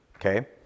Okay